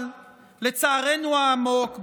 אבל לצערנו העמוק,